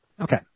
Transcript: Okay